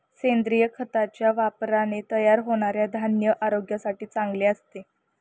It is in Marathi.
सेंद्रिय खताच्या वापराने तयार होणारे धान्य आरोग्यासाठी चांगले असते